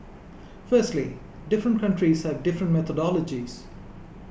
firstly different countries have different methodologies